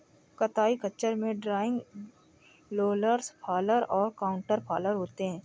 कताई खच्चर में ड्रॉइंग, रोलर्स फॉलर और काउंटर फॉलर होते हैं